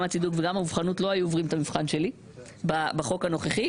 גם הצידוק וגם המובחנות לא היו עוברים את המבחן שלי בחוק הנוכחי,